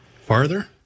Farther